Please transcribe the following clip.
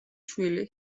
შვილი